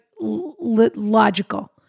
logical